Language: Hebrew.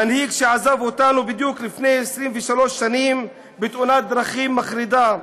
מנהיג שעזב אותנו בדיוק לפני 23 שנים בתאונת דרכים מחרידה.